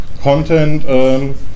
content